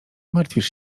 martwisz